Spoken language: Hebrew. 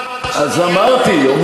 לא